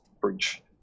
bridge